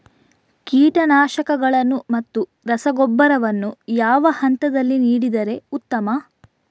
ಕೀಟನಾಶಕಗಳನ್ನು ಮತ್ತು ರಸಗೊಬ್ಬರವನ್ನು ಯಾವ ಹಂತದಲ್ಲಿ ನೀಡಿದರೆ ಉತ್ತಮ?